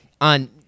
on